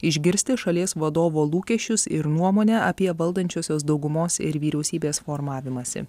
išgirsti šalies vadovo lūkesčius ir nuomonę apie valdančiosios daugumos ir vyriausybės formavimąsi